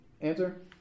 Answer